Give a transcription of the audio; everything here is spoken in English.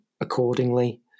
accordingly